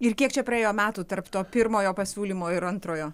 ir kiek čia praėjo metų tarp to pirmojo pasiūlymo ir antrojo